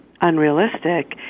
unrealistic